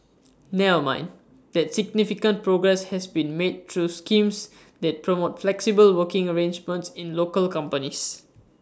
nil mind that significant progress has been made through schemes that promote flexible working arrangements in local companies